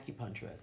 acupuncturist